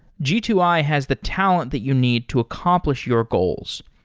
g two i has the talent that you need to accomplish your goals.